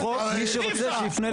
מי שרוצה, שיפנה לבית משפט.